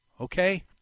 Okay